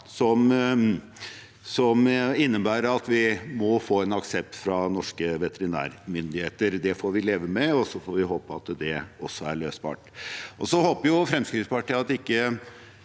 som innebærer at vi må få en aksept fra norske veterinærmyndigheter. Det får vi leve med, og så får vi håpe at det også er løsbart. Så håper Fremskrittspartiet at ikke